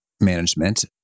management